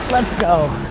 let's go.